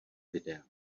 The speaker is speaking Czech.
videa